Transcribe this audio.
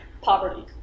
poverty